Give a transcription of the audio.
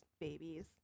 babies